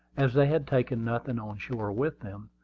as they had taken nothing on shore with them,